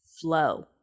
flow